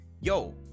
yo